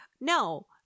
no